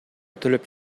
төлөп